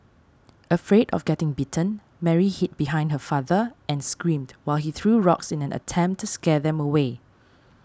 afraid of getting bitten Mary hid behind her father and screamed while he threw rocks in an attempt to scare them away